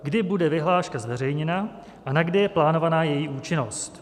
Kdy bude vyhláška zveřejněna a na kdy je plánována její účinnost?